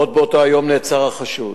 עוד באותו היום נעצר החשוד,